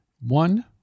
one